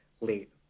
late